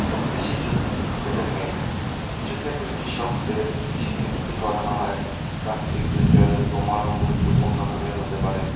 এবং কৃষিচুক্তি যেটা মেন কিছু ক্ষেত্রে কৃষকদের কৃষিচুক্তি করানো হয় প্রাকৃতিক দুর্যোগের প্রমাণও গুরুত্বপূর্ণভাবে হতে পারে